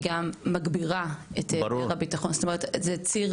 מגבירה את היעדר הביטחון בקרב הלהט״ב?